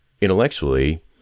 intellectually